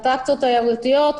אטרקציות תיירותיות.